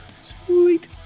sweet